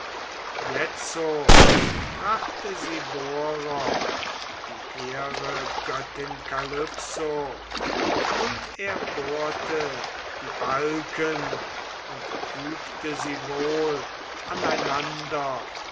jetzo brachte sie bohrer die hehre göttin kalypso und er bohrte die balken und fügte sie wohl